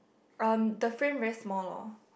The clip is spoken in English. uh the frame very small